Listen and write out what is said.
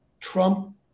Trump